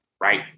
right